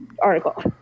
article